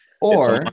Or-